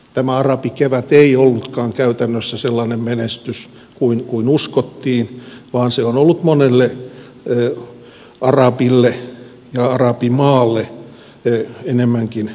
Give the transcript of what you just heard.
tämä arabikevät ei ollutkaan käytännössä sellainen menestys kuin uskottiin vaan se on ollut monelle arabille ja arabimaalle enemmänkin koettelemus